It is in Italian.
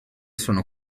sono